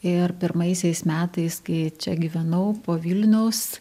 ir pirmaisiais metais kai čia gyvenau po vilniaus